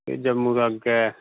फ्ही जम्मू दा अग्गै